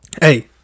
hey